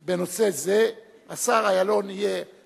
השר אילון יהיה